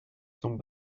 some